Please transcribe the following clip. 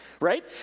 right